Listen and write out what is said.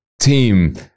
team